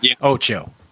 Ocho